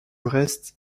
reste